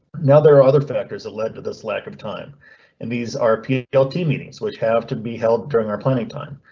now there are other factors that led to this lack of time and these are plt ah meetings which have to be held during our planning time.